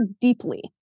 deeply